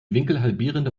winkelhalbierende